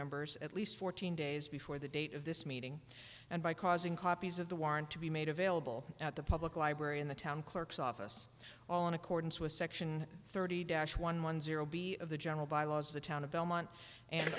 members at least fourteen days before the date of this meeting and by causing copies of the warrant to be made available at the public library in the town clerk's office all in accordance with section thirty dash one one zero b of the general bylaws of the town of belmont and